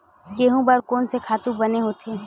गेहूं बर कोन से खातु बने होथे?